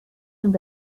and